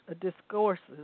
Discourses